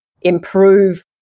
improve